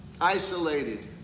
isolated